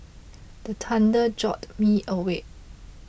the thunder jolt me awake